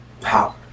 power